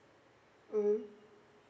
hmm